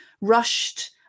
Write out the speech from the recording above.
rushed